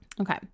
Okay